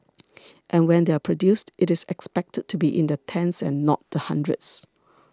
and when they are produced it is expected to be in the tens and not the hundreds